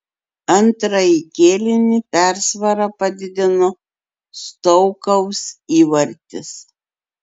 antrąjį kėlinį persvarą padidino stoukaus įvartis